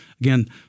again